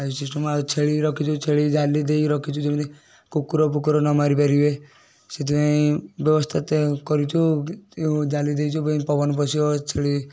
pipe system ଆଉ ଛେଳି ରଖିଛୁ ଛେଳି ଜାଲି ଦେଇ ରଖିଛୁ ଯେମିତି କୁକୁରଫୁକୁର ନ ମାରି ପାରିବେ ସେଥିପାଇଁ ବ୍ୟାବସ୍ଥା ତ କରିଛୁ ଜାଲି ଦେଇଛୁ ଯେମିତି ପବନ ପଶିବ ଛେଳି